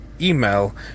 email